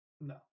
No